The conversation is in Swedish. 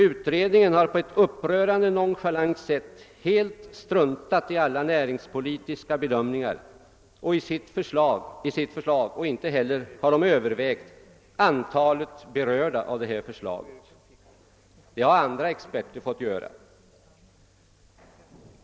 Utredningen har i sitt förslag på ett upprörande nonchalant sätt helt struntat i alla näringspolitiska bedömningar, och inte heller har den övervägt vilket antal människor som berörs av detta förslag; det har andra experter fått göra.